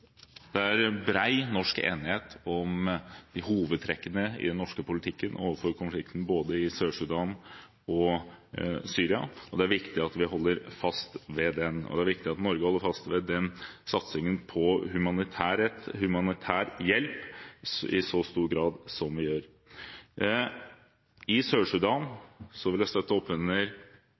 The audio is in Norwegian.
Det er bred norsk enighet om hovedtrekkene i den norske politikken når det gjelder konflikten, både den i Sør-Sudan og den i Syria. Det er viktig at vi holder fast ved den, og det er viktig at Norge holder fast ved satsingen på humanitær hjelp i så stor grad som vi gjør. I Sør-Sudan vil jeg støtte opp under